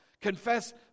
Confess